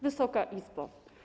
Wysoka Izbo!